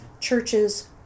Churches